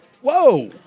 Whoa